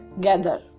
gather